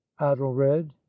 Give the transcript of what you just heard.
adelred